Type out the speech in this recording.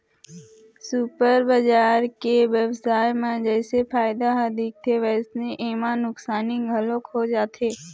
super बजार के बेवसाय म जइसे फायदा ह दिखथे वइसने एमा नुकसानी घलोक हो जाथे